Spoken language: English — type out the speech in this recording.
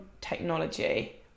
technology